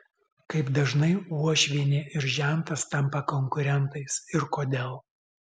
kaip dažnai uošvienė ir žentas tampa konkurentais ir kodėl